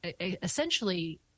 essentially